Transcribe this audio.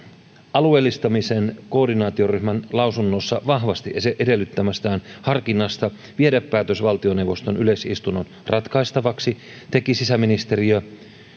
alueellistamisen koordinaatioryhmän lausunnossaan vahvasti edellyttämästä harkinnasta viedä päätös valtioneuvoston yleisistunnon ratkaistavaksi teki sisäministeriö